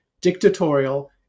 dictatorial